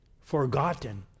Forgotten